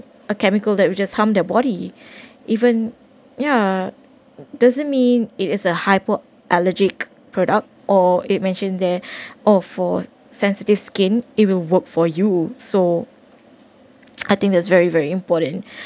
a chemical that will just harm their body even ya it doesn't mean it is a hypo allergic product or it mentioned there or for sensitive skin it will work for you so I think that's very very important